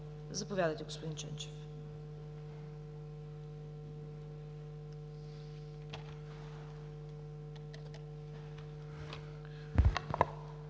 Заповядайте, господин Ченчев.